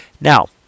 Now